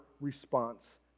response